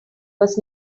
was